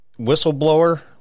whistleblower